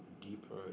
deeper